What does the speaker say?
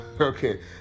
okay